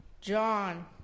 John